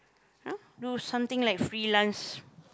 you know do something like freelance